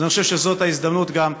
אז אני חושב שזאת ההזדמנות גם,